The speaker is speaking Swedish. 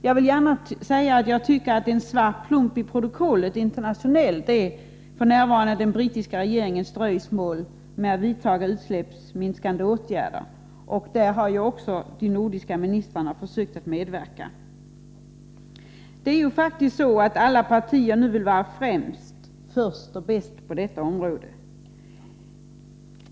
Jag vill gärna säga att jag tycker att den brittiska regeringens dröjsmål med att vidta utsläppsminskande åtgärder f. n. är en svart plump i det internationella protokollet. De nordiska ministrarna har här försökt att påverka. Alla partier vill nu vara först och bäst på detta område.